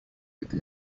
with